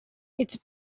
its